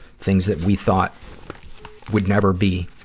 things that we thought would never be,